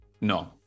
no